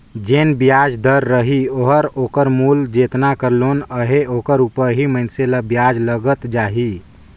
जेन बियाज दर रही ओहर ओकर मूल जेतना कर लोन अहे ओकर उपर ही मइनसे ल बियाज लगत जाही